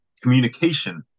communication